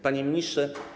Panie Ministrze!